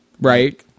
right